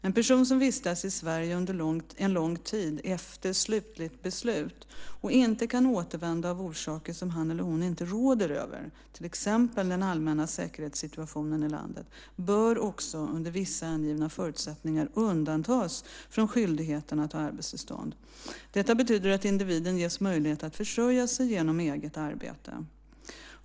En person som vistats i Sverige en lång tid efter slutligt beslut och inte kan återvända av orsaker som han eller hon inte råder över, till exempel den allmänna säkerhetssituationen i landet, bör också under vissa angivna förutsättningar undantas från skyldigheten att ha arbetstillstånd. Detta betyder att individen ges möjlighet att försörja sig genom eget arbete.